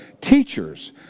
teachers